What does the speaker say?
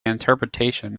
interpretation